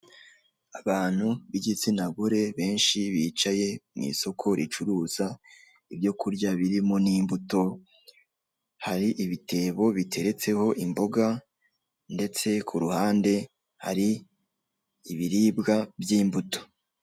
Abantu b'igitsina gore benshi bicaye mu isoko ricuruza ibyo kurya birimo n'imbuto, hari ibitebo biteretseho imboga ndetse ku ruhande hari ibiribwa by'imbuto.